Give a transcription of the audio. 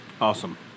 awesome